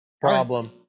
problem